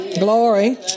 glory